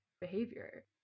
behavior